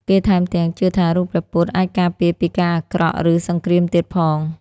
គេថែមទាំង ជឿថារូបព្រះពុទ្ធអាចការពារពីការអាក្រក់ ឬសង្រ្គាមទៀតផង។